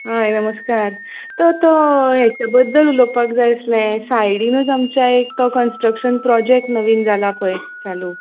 आ हय नमस्कार तो तो हाचे बद्दल उलोवपाक जाय आशिल्ले सायडीनच आमच्या एक तो कनसट्रकशन प्रोजेक्ट नवीन जाला पळय हॅलो